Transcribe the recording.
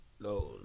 No